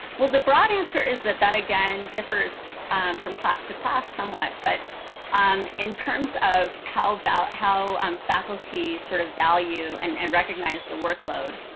well, the broad answer is that that again differs from class to class somewhat. but um in terms of how about how um faculty sort of value and and recognize the workload,